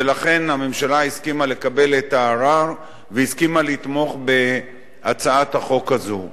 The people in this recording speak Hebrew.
ולכן הממשלה הסכימה לקבל את הערר והסכימה לתמוך בהצעת החוק הזאת.